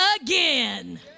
again